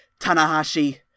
Tanahashi